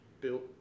built